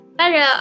para